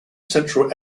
central